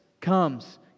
comes